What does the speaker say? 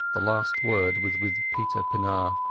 the last word was with peter pienaar.